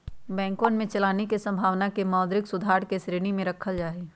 बैंकवन के चलानी के संभावना के मौद्रिक सुधार के श्रेणी में रखल जाहई